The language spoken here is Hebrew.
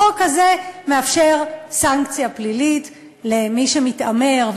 החוק הזה מאפשר סנקציה פלילית על מי שמתעמר,